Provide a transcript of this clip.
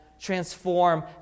transform